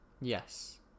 Yes